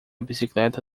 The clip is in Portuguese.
bicicleta